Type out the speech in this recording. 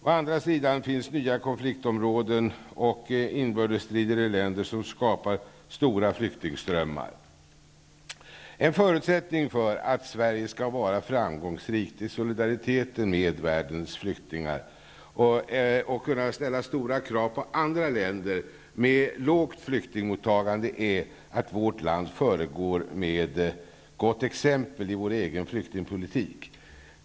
Å andra sidan finns nya konfliktområden och inbördesstrider i länder som skapar nya stora flyktingströmmar. En förutsättning för att Sverige skall vara framgångsrikt i solidariteten med världens flyktingar och kunna ställa stora krav på andra länder med lågt flyktingmottagande är att vårt land föregår med gott exempel i vår egen flyktingpolitik.